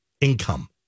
income